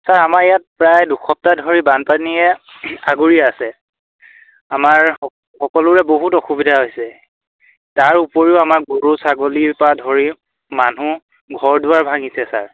sir আমাৰ ইয়াত প্ৰায় দুসপ্তাহ ধৰি বানপানীয়ে আগুৰি আছে আমাৰ সকলোৰে বহুত অসুবিধা হৈছে তাৰ উপৰিও আমাৰ গৰু ছাগলীৰ পৰা ধৰি মানুহ ঘৰ দুৱাৰ ভাঙিছে ছাৰ